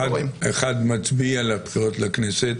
אחד מצביע לבחירות לכנסת,